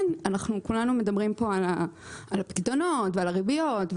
כולנו מדברים פה על הפיקדונות ועל הריביות,